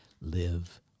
live